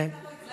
אתה לא הצבעת.